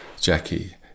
Jackie